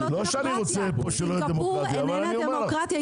לא שאני רוצה שלא תהיה כאן דמוקרטיה.